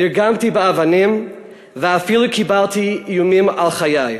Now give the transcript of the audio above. נרגמתי באבנים ואפילו קיבלתי איומים על חיי.